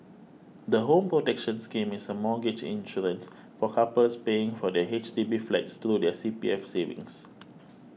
the Home Protection Scheme is a mortgage insurance for couples paying for their H D B flats through their C P F savings